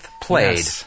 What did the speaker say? played